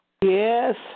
yes